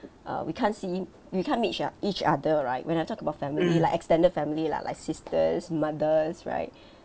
uh we can't see we can't meet each each other right when I talk about family like extended family lah like sisters mothers right